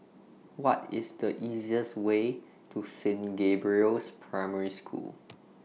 What IS The easiest Way to Saint Gabriel's Primary School